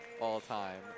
all-time